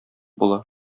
була